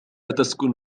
تسكن